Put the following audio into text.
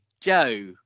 Joe